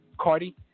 Cardi